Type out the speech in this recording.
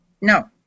no